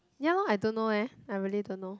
ya lah I don't know leh I really don't know